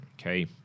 Okay